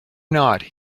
not